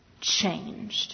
changed